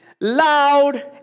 loud